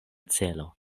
celo